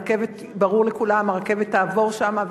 ברור לכולם: הרכבת תעבור שם,